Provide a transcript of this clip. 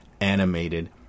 animated